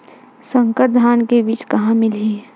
संकर धान के बीज कहां मिलही?